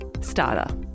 starter